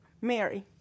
Mary